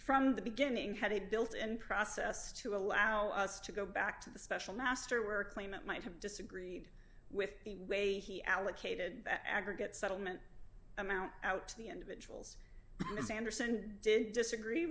from the beginning had a built in process to allow us to go back to the special master or claim it might have disagreed with the way he allocated aggregate settlement amount out to the individuals sanderson did disagree